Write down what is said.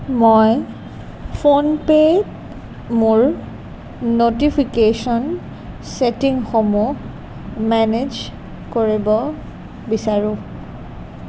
মই ফোনপে' ত মোৰ ন'টিফিকেশ্যন ছেটিংসমূহ মেনেজ কৰিব বিচাৰো